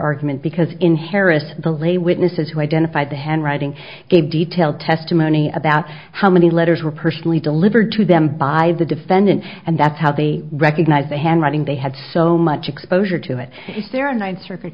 argument because in harris the lay witnesses who identified the handwriting gave detailed testimony about how many letters were personally delivered to them by the defendant and that's how they recognized the handwriting they had so much exposure to it is there a ninth circuit